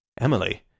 Emily